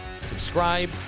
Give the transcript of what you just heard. subscribe